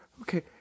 okay